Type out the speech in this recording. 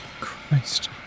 christ